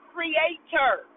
Creator